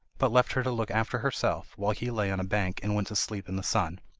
but left her to look after herself, while he lay on a bank and went to sleep in the sun.